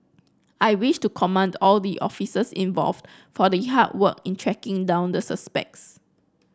I wish to commend all the officers involved for the hard work in tracking down the suspects